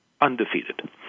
undefeated